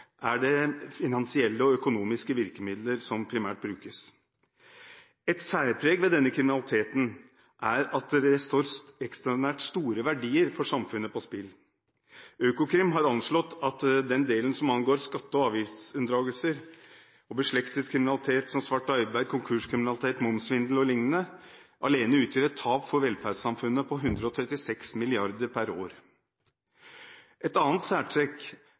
er det finansielle og økonomiske virkemidler som primært brukes. Et særpreg ved denne kriminaliteten er at det står ekstraordinært store verdier for samfunnet på spill. Økokrim har anslått at den delen som angår skatte- og avgiftsunndragelser og beslektet kriminalitet, som svart arbeid, konkurskriminalitet, momssvindel og lignende, alene utgjør et tap for velferdssamfunnet på 136 mrd. kr per år. Et annet særtrekk